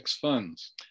funds